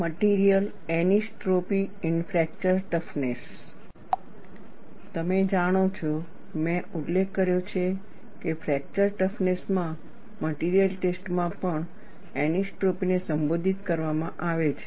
material anisotropy in fracture toughness તમે જાણો છો મેં ઉલ્લેખ કર્યો છે કે ફ્રેકચર ટફનેસમાં મટિરિયલ ટેસ્ટ માં પણ એનિસોટ્રોપીને સંબોધિત કરવામાં આવે છે